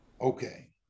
Okay